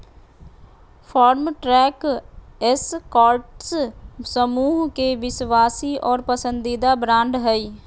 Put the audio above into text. Farmtrac Escorts समूह के विश्वासी और पसंदीदा ब्रांड हइ